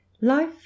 Life